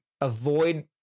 avoid